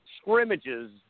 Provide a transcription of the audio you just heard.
scrimmages